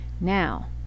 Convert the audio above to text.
Now